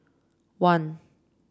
one